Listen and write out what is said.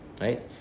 right